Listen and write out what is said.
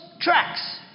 tracks